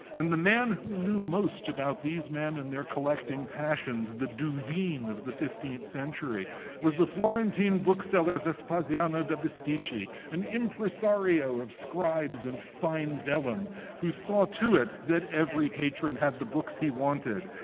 and the man who knew most about these men and their collecting passions the duveen of the fifteenth century was the florentine bookseller vespasiano da bisticci, an impresario of scribes and fine vellum who saw to it that every patron had the books he wanted.